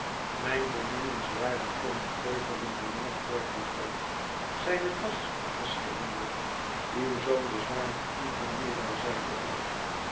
mijn beminnenswaardig kind prevelde mijnheer turveydrop zijne das verschikkende uw zoon is waarlijk onvermoeibaar zeide ik